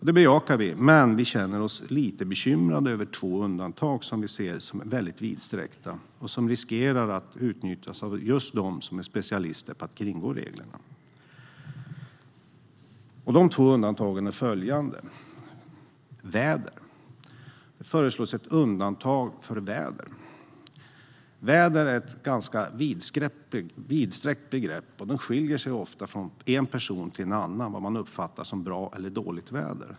Det bejakar vi, men vi känner oss lite bekymrade över två undantag som är väldigt vidsträckta, och som riskerar att utnyttjas av just dem som är specialister på att kringgå reglerna. De två undantagen är följande. Det föreslås ett undantag för väder. Väder är ett ganska vidsträckt begrepp. Det skiljer sig ofta från en person till en annan vad man uppfattar som bra eller dåligt väder.